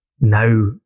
now